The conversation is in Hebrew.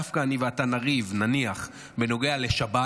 דווקא אני ואתה נריב נניח בנוגע לשבת